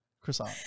Croissant